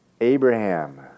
Abraham